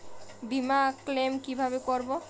বিমা ক্লেম কিভাবে করব?